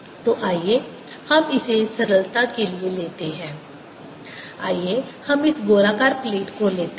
तो आइए हम इसे सरलता के लिए लेते हैं आइए हम इस गोलाकार प्लेट को लेते हैं